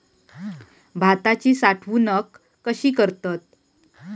भाताची साठवूनक कशी करतत?